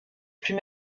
plus